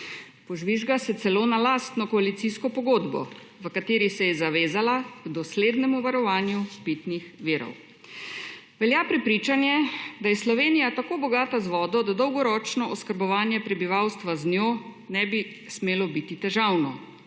Požvižga se celo na lastno koalicijsko pogodbo, v kateri se je zavezala k doslednem varovanju pitnih virov. Velja prepričanje, da je Slovenija tako bogata z vodo, da dolgoročno oskrbovanje prebivalstva z njo ne bi smelo biti težavno,